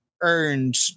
earned